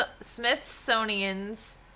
Smithsonian's